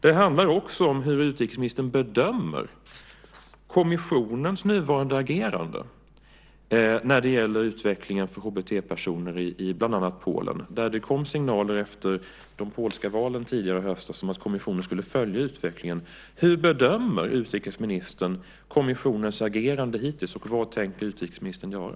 Det handlar också om hur utrikesministern bedömer kommissionens nuvarande agerande när det gäller utvecklingen för HBT-personer i bland annat Polen. Efter de polska valen tidigare i höst kom det signaler om att kommissionen skulle följa utvecklingen. Hur bedömer utrikesministern kommissionens agerande hittills, och vad tänker utrikesministern göra?